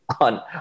on